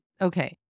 okay